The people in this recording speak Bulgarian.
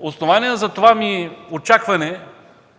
Основание за това ми очакване